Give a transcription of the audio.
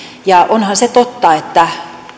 onhan se totta että